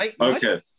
okay